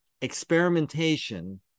experimentation